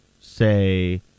say